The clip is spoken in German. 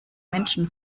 menschen